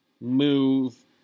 move